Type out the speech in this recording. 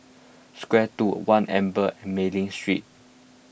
square two one Amber and Mei Ling Street